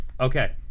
Okay